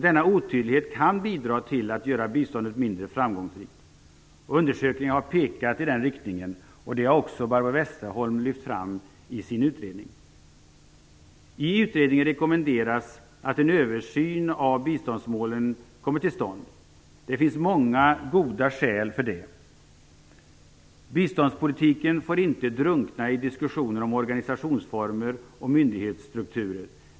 Denna otydlighet kan bidra till att göra biståndet mindre framgångsrikt. Undersökningar har pekat i den riktningen. Detta har också Barbro Westerholm lyft fram i sin utredning. I utredningen rekommenderas att en översyn av biståndsmålen kommer till stånd. Det finns många goda skäl för det. Biståndspolitiken får inte drunkna i diskussioner om organisationsformer och myndighetsstrukturer.